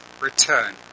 return